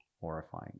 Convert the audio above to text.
horrifying